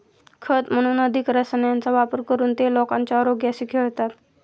खत म्हणून अधिक रसायनांचा वापर करून ते लोकांच्या आरोग्याशी खेळतात